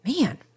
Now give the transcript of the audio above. Man